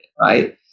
right